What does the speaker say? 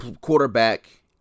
quarterback